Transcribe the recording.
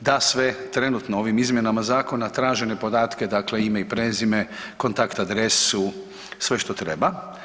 da sve trenutno ovim izmjenama zakona tražene podatke, dakle ime i prezime, kontakt adresu, sve što treba.